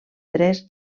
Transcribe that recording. tres